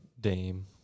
Dame